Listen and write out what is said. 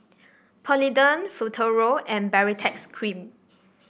Polident Futuro and Baritex Cream